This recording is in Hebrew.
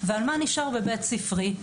ועל מה נשאר בבית ספרי.